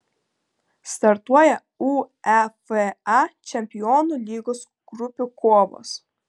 startuoja uefa čempionų lygos grupių kovos